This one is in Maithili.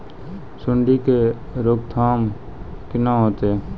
सुंडी के रोकथाम केना होतै?